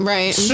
Right